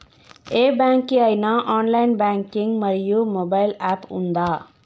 ఏ bank కి ఐనా online banking మరియు మొబైల్ యాప్ ఉందా?